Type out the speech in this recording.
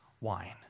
wine